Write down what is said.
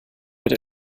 mit